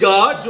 God